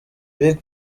big